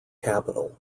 capital